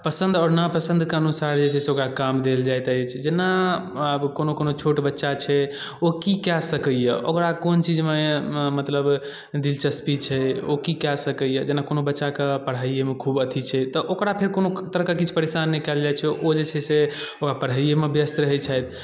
पसन्द आओर नापसन्दके अनुसार जे छै से ओकरा काम देल जायत अछि जेना आब कोनो कोनो छोट बच्चा छै ओ कि कए सकैए ओकरा कोन चीजमे मतलब दिलचस्पी छै ओ की कए सकैए जेना कोनो बच्चाके पढ़ाइएमे खूब अथि छै तऽ ओकरा फेर कोनो तरहके किछु परेशान नहि कयल जाइ छै ओ जे छै से ओकरा पढ़ैएमे व्यस्त रहै छथि